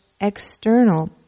external